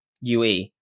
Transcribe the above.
UE